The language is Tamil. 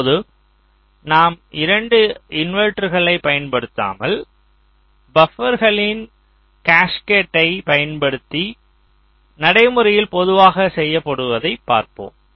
இப்போது நாம் 2 இன்வெர்ட்டர்களைப் பயன்படுத்தாமல் பபர்களின் கேஸ்கேட்டை பயன்படுத்தி நடைமுறையில் பொதுவாக செய்யப்படுவதை பார்ப்போம்